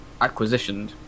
acquisitioned